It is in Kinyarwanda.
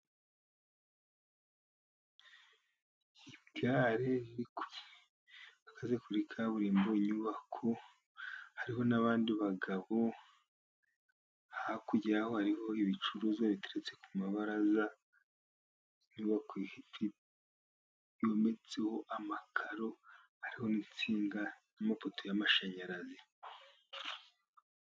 Igare rihagaze kuri kaburimbo. Ku nyubako hariho n'abandi bagabo. Hakurya y'aho hariho ibicuruzwa biteretse ku mabaraza. Inyubako yometseho amakaro. Hariho n'itsinga n'amapoto y'amashanyarazi.